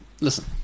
listen